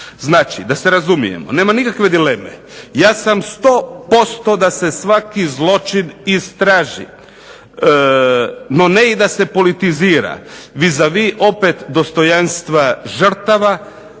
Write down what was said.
Znači, da se razumijemo nema nikakve dileme ja sam 100% da se svaki zločin istraži no ne i da se politizira vis a vis opet dostojanstva žrtava